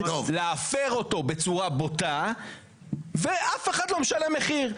להפר אותו בצורה בוטה ואף אחד לא משלם מחיר,